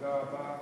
תודה רבה.